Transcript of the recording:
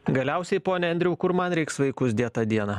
galiausiai pone andriau kur man reiks vaikus dėt tą dieną